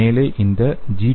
மேலே இந்த ஜி